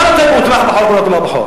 תשאל אותו אם הוא תמך בחוק או לא תמך בחוק.